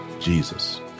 Jesus